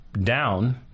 down